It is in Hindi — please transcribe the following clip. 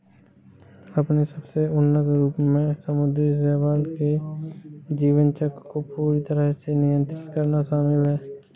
अपने सबसे उन्नत रूप में समुद्री शैवाल के जीवन चक्र को पूरी तरह से नियंत्रित करना शामिल है